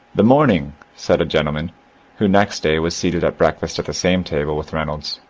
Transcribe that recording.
the morning, said a gentleman who next day was seated at breakfast at the same table with rejrncdds,